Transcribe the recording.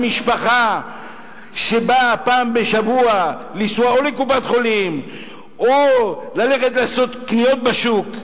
המשפחה שצריכה פעם בשבוע לנסוע לקופת-חולים או ללכת לעשות קניות בשוק,